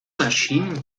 maschinen